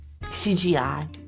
CGI